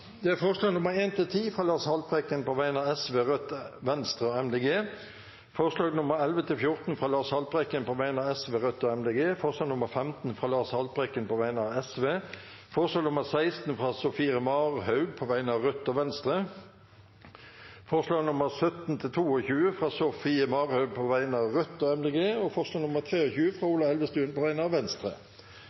Det er forslagene nr. 1–10, fra Lars Haltbrekken på vegne av Sosialistisk Venstreparti, Rødt, Venstre og Miljøpartiet De Grønne forslagene nr. 11–14, fra Lars Haltbrekken på vegne av Sosialistisk Venstreparti, Rødt og Miljøpartiet De Grønne forslag nr. 15, fra Lars Haltbrekken på vegne av Sosialistisk Venstreparti forslag nr. 16, fra Sofie Marhaug på vegne av Rødt og Venstre forslagene nr. 17–22, fra Sofie Marhaug på vegne av Rødt og Miljøpartiet De Grønne forslag nr. 23, fra Ola Elvestuen på vegne av Venstre